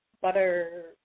butter